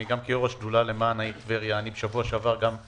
אני ראש השדולה למען העיר טבריה ובשבוע שעבר גם אני